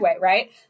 right